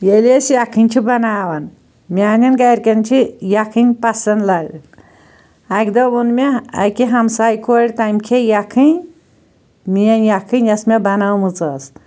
ییٚلہِ أسۍ یَکھٕنۍ چھِ بناوان میٛانٮ۪ن گَرِکٮ۪ن چھِ یَکھٕنۍ پَسَنٛد لگان اَکہِ دۄہ ووٚن مےٚ اَکہِ ہَمساے کورِ تٔمۍ کھیٚے یَکھنۍ میٛٲنۍ یَکھنۍ یۅس مےٚ بَنٲومٕژ ٲس